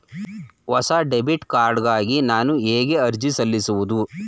ಹೊಸ debit card ಗಾಗಿ ನಾನು ಹೇಗೆ ಅರ್ಜಿ ಸಲ್ಲಿಸುವುದು?